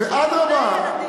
אדרבה,